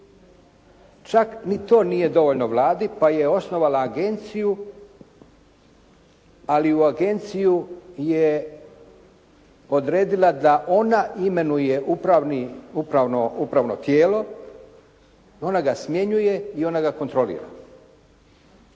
Čak ni to nije dovoljno Vladi pa je osnovala agenciju, ali u agenciju je odredila da ona imenuje upravno tijelo, ona ga smjenjuje i ona ga kontrolira.